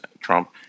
Trump